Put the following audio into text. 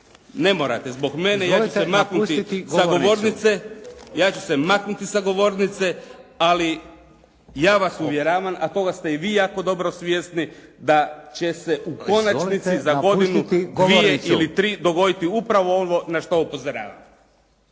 Ne morate zbog mene, ja ću se maknuti sa govornice. Ali ja vas uvjeravam a toga ste i vi jako dobro svjesni da će se u konačnici za godinu, dvije ili tri dogoditi upravo ovo na što upozoravam.